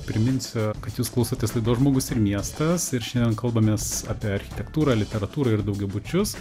priminsiu kad jūs klausotės laidos žmogus ir miestas ir šiandien kalbamės apie architektūrą literatūrą ir daugiabučius